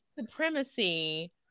supremacy